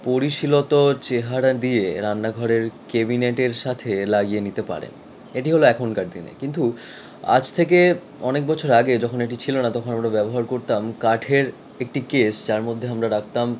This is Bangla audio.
পরিশীলত চেহারা দিয়ে রান্নাঘরের কেবিনেটের সাথে লাগিয়ে নিতে পারেন এটি হলো এখনকার দিনে কিন্তু আজ থেকে অনেক বছর আগে যখন এটি ছিলো না তখন ওটা ব্যবহার করতাম কাঠের একটি কেস যার মধ্যে আমরা রাখতাম